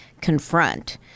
confront